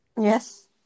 Yes